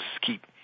keep